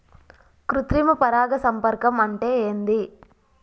కృత్రిమ పరాగ సంపర్కం అంటే ఏంది?